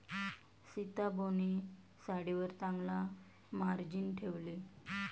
सीताबोने साडीवर चांगला मार्जिन ठेवले